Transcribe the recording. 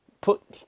put